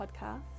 podcast